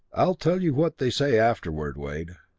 i'll tell you what they say afterward, wade.